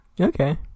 Okay